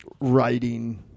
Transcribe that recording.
writing